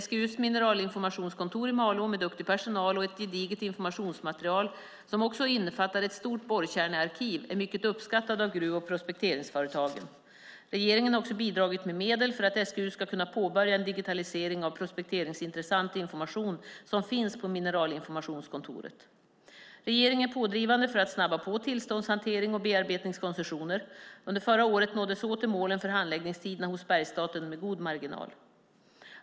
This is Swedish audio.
SGU:s mineralinformationskontor i Malå, med duktig personal och ett gediget informationsmaterial som också innefattar ett stort borrkärnearkiv, är mycket uppskattat av gruv och prospekteringsföretagen. Regeringen har också bidragit med medel för att SGU ska kunna påbörja en digitalisering av prospekteringsintressant information som finns på mineralinformationskontoret. Regeringen är pådrivande för att snabba på tillståndshantering och bearbetningskoncessioner. Under förra året nåddes åter målen för handläggningstiderna hos Bergsstaten med god marginal.